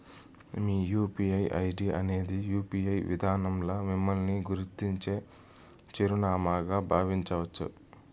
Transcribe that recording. మీ UPI ID అనేది UPI విదానంల మిమ్మల్ని గుర్తించే చిరునామాగా బావించచ్చు